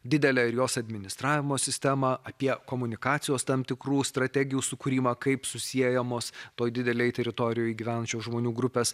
didelę ir jos administravimo sistemą apie komunikacijos tam tikrų strategijų sukūrimą kaip susiejamos toj didelėj teritorijoj gyvenančių žmonių grupės